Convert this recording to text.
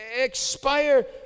Expire